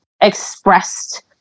expressed